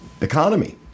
economy